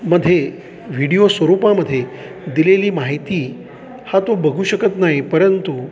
मध्ये व्हिडीओ स्वरूपामध्ये दिलेली माहिती हा तो बघू शकत नाही परंतु